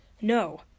No